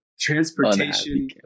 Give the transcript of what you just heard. transportation